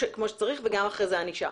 שצריך, וגם אחרי זה הענישה.